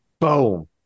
boom